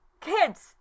Kids